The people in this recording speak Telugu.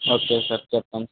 ఓకే సార్ చెప్పండి